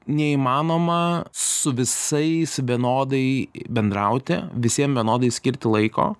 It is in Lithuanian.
neįmanoma su visais vienodai bendrauti visiem vienodai skirti laiko